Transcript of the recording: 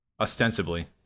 Ostensibly